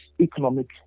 economic